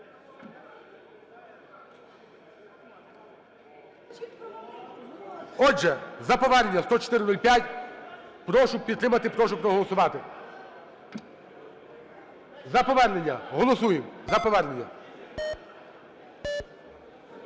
Отже, за повернення 10405. Прошу підтримати, прошу проголосувати. За повернення голосуємо, за повернення.